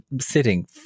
sitting